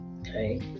Okay